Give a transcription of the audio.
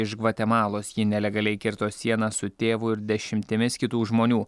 iš gvatemalos ji nelegaliai kirto sieną su tėvu ir dešimtimis kitų žmonių